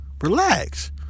Relax